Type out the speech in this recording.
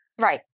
Right